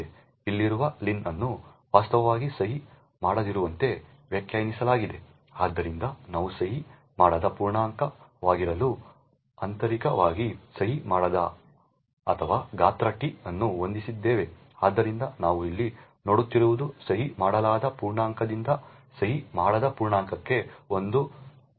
ಇಲ್ಲಿರುವ ಲೆನ್ ಅನ್ನು ವಾಸ್ತವವಾಗಿ ಸಹಿ ಮಾಡದಿರುವಂತೆ ವ್ಯಾಖ್ಯಾನಿಸಲಾಗಿದೆ ಆದ್ದರಿಂದ ನಾವು ಸಹಿ ಮಾಡದ ಪೂರ್ಣಾಂಕವಾಗಿರಲು ಆಂತರಿಕವಾಗಿ ಸಹಿ ಮಾಡದ ಅಥವಾ ಗಾತ್ರ t ಅನ್ನು ಹೊಂದಿದ್ದೇವೆ ಆದ್ದರಿಂದ ನಾವು ಇಲ್ಲಿ ನೋಡುತ್ತಿರುವುದು ಸಹಿ ಮಾಡಲಾದ ಪೂರ್ಣಾಂಕದಿಂದ ಸಹಿ ಮಾಡದ ಪೂರ್ಣಾಂಕಕ್ಕೆ ಒಂದು ಸೂಚ್ಯ ಪ್ರಕಾರವನ್ನು ಬಿತ್ತರಿಸುವುದು